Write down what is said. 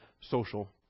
social